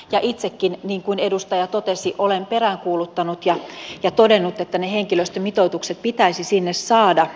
ja itsekin niin kuin edustaja totesi olen peräänkuuluttanut ja todennut että ne henkilöstömitoitukset pitäisi sinne saada